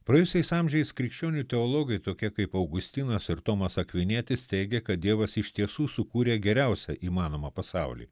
praėjusiais amžiais krikščionių teologai tokie kaip augustinas ir tomas akvinietis teigė kad dievas iš tiesų sukūrė geriausią įmanomą pasaulį